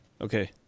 Okay